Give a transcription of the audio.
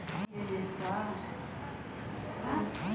ಆಹಾರ ಉತ್ಪಾದನೆ ಉದ್ಯಮಕ್ಕೆ ಭಾರತದಲ್ಲಿ ಉತ್ತಮ ಬೇಡಿಕೆಯಿದೆ